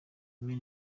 imena